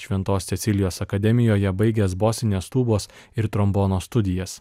šventos cecilijos akademijoje baigęs bosinės tūbos ir trombono studijas